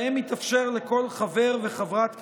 שבהם התאפשר לכל חבר וחברת כנסת,